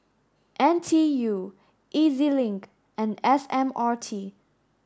N T U E Z Link and S M R T